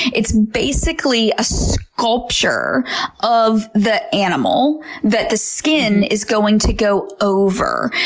it's basically a sculpture of the animal that the skin is going to go over.